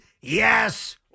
yes